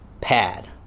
pad